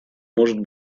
может